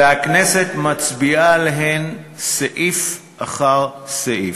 והכנסת מצביעה עליהן סעיף אחר סעיף.